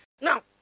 Now